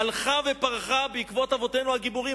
הלכה ופרחה בעקבות אבותינו הגיבורים,